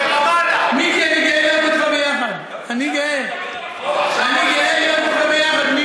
מיקי, אני גאה להיות אתך ביחד.